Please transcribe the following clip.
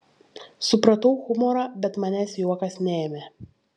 supratau humorą bet manęs juokas neėmė